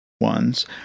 ones